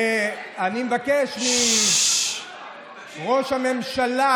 אני מבקש מראש הממשלה,